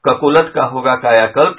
ककोलत का होगा कायाकल्प